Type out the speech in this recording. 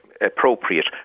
appropriate